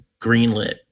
greenlit